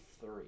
three